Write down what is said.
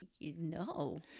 No